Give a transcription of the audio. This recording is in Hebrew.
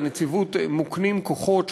לנציבות מוקנים כוחות,